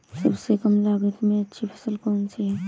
सबसे कम लागत में अच्छी फसल कौन सी है?